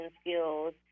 skills